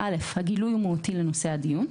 (א)הגילוי הוא מהותי לנושא הדיון,